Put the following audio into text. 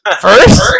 First